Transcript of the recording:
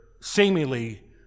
seemingly